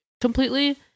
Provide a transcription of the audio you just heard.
completely